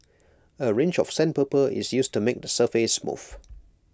A range of sandpaper is used to make the surface smooth